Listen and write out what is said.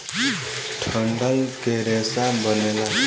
डंठल के रेसा बनेला